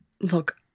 look